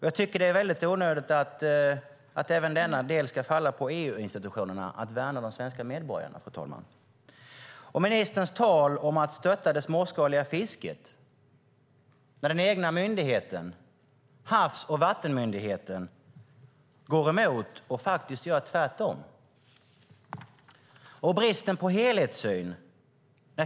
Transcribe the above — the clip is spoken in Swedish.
Jag tycker att det är helt onödigt att det ska falla på EU-institutionerna att värna de svenska medborgarna, fru talman. Ministern talar om att stötta det småskaliga fisket samtidigt som den egna myndigheten, Havs och vattenmyndigheten, går emot och gör tvärtom. Det finns en brist på helhetssyn.